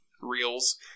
reels